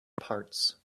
parts